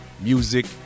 music